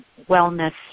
wellness